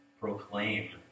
proclaim